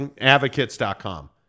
advocates.com